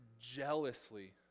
jealously